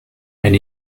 and